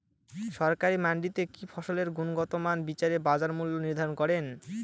সরকারি মান্ডিতে কি ফসলের গুনগতমান বিচারে বাজার মূল্য নির্ধারণ করেন?